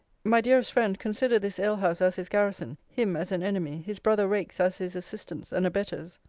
my dearest friend, consider this alehouse as his garrison him as an enemy his brother-rakes as his assistants and abettors.